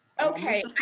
Okay